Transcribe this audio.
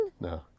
No